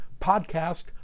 podcast